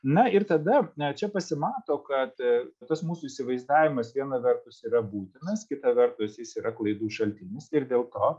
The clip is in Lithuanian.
na ir tada čia pasimato kad tas mūsų įsivaizdavimas viena vertus yra būtinas kita vertus jis yra klaidų šaltinis ir dėl ko